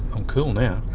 i'm cool now.